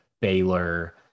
baylor